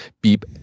beep